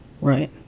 Right